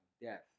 death